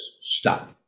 stop